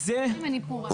פה?